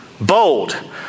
Bold